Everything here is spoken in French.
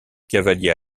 cavalier